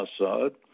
Assad